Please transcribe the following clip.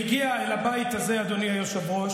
והגיע אל הבית הזה, אדוני היושב-ראש,